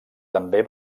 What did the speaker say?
també